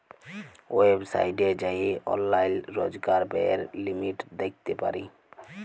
ওয়েবসাইটে যাঁয়ে অললাইল রজকার ব্যয়ের লিমিট দ্যাখতে পারি